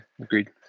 agreed